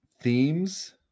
themes